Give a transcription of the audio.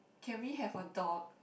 can we have a dog